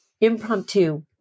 impromptu